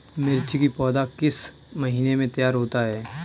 मिर्च की पौधा किस महीने में तैयार होता है?